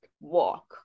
walk